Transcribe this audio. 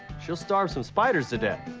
she'll starve some spiders to death,